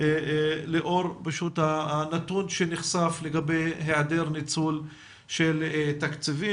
לאור הנתון שנחשף לגבי היעדר ניצול של תקציבים.